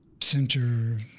center